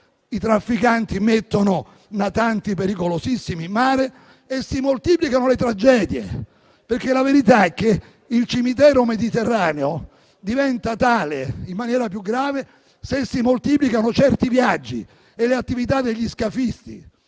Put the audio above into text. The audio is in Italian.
i trafficanti mettono natanti pericolosissimi in mare e si moltiplicano le tragedie. Perché la verità è che il cimitero Mediterraneo diventa tale in maniera più grave se si moltiplicano certi viaggi e le attività degli scafisti.